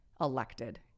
elected